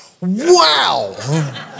Wow